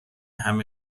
همه